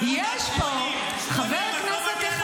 את 80. 80. את לא מגיעה לעבודה.